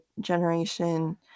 generation